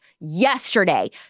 yesterday